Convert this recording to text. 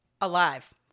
alive